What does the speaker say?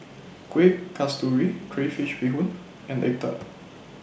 Kueh Kasturi Crayfish Beehoon and Egg Tart